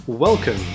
Welcome